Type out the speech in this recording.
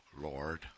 Lord